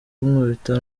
kunkubita